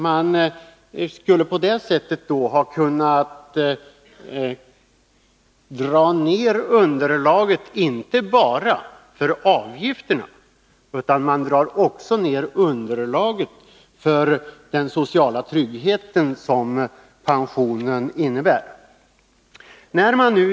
Man skulle ju på det sättet ha kunnat dra ner underlaget inte bara för avgifterna utan också för den sociala trygghet som pensionen innebär.